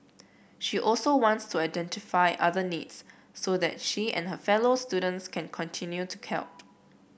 she also wants to identify other needs so that she and her fellow students can continue to help